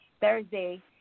Thursday